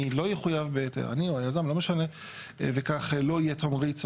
לא וכך לא יהיה תמריץ.